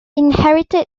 inherited